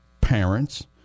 parents